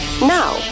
Now